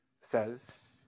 says